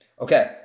Okay